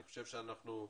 אני חושב שאתם,